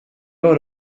order